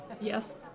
Yes